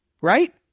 Right